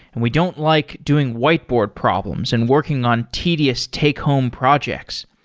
and we don't like doing whiteboard problems and working on tedious take home projects.